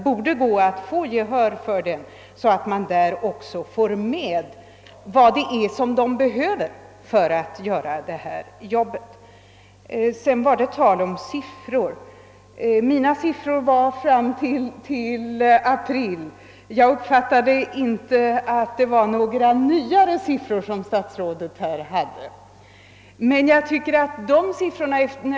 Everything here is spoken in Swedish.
Personalen borde vinna gehör för sina synpunkter så att man i utbildningen får med vad som behövs för att klara av arbetet. Sedan var det tal om siffror. Mina siffror gällde fram till april. Jag uppfattade inte att herr statsrådet hade några nyare siffror.